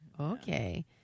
Okay